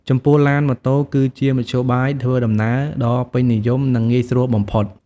ចំពោះឡាន ម៉ូតូ គឺជាមធ្យោបាយធ្វើដំណើរដ៏ពេញនិយម និងងាយស្រួលបំផុត។